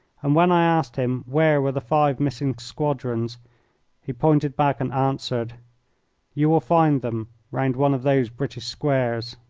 and when i asked him where were the five missing squadrons he pointed back and answered you will find them round one of those british squares.